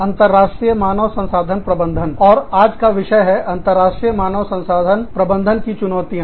अंतरराष्ट्रीय मानव संसाधन प्रबंधन और आज का विषय है अंतरराष्ट्रीय मानव संसाधन प्रबंधन की चुनौतियाँ